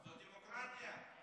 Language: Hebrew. דמוקרטיה.